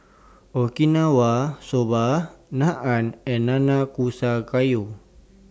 Okinawa Soba Naan and Nanakusa Gayu